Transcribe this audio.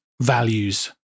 values